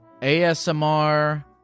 ASMR